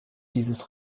dieses